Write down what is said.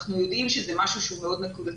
אנחנו יודעים שזה משהו שהוא מאוד נקודתי.